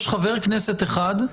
יש חבר כנסת אחד,